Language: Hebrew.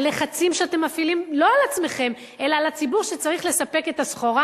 הלחצים שאתם מפעילים לא על עצמכם אלא על הציבור שצריך לספק את הסחורה,